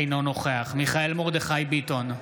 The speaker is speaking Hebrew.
אינו נוכח מיכאל מרדכי ביטון,